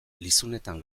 lizunetan